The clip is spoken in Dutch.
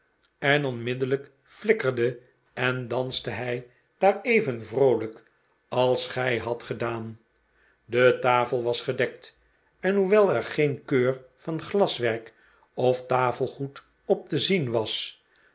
en onmiddellijk flikkerde en danste hij daar even vroolijk als gij hadt gedaan de tafel was al gedekt en hoewel er geen keur van glaswerk of tafelgoed op te zien was